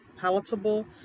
palatable